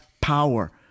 power